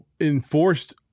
enforced